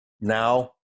now